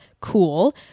Cool